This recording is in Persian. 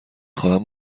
خواهم